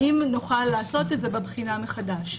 האם נוכל לעשות את זה בבחינה מחדש?